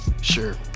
sure